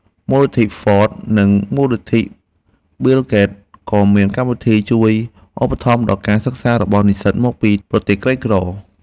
មូលនិធិហ្វត (Ford)និងមូលនិធិប៊ីលហ្គេត(Bill Gates) ក៏មានកម្មវិធីជួយឧបត្ថម្ភដល់ការសិក្សារបស់និស្សិតមកពីប្រទេសក្រីក្រ។